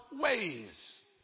ways